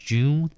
June